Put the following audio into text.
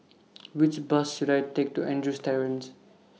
Which Bus should I Take to Andrews Terrace